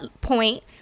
point